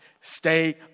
stay